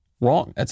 Wrong